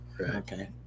okay